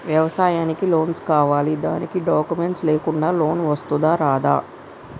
వ్యవసాయానికి లోన్స్ కావాలి దానికి డాక్యుమెంట్స్ లేకుండా లోన్ వస్తుందా రాదా?